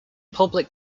public